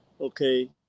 okay